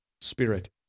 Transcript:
spirit